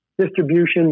distribution